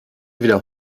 bitte